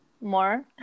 more